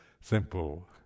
simple